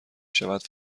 شود